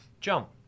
jump